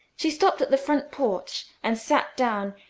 she stopped at the front porch and sat down,